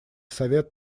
совет